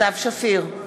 סתיו שפיר,